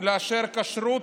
לאשר כשרות.